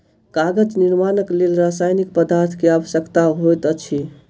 कागज निर्माणक लेल रासायनिक पदार्थ के आवश्यकता होइत अछि